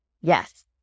Yes